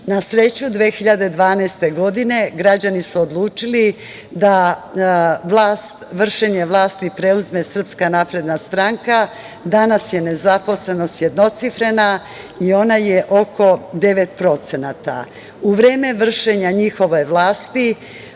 Na sreću, 2012. godine građani su odlučili da vršenje vlasti preuzme SNS. Danas je nezaposlenost jednocifrena i ona je oko 9%. U vreme vršenja njihove vlasti,